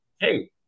hey